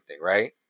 right